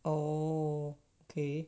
oh okay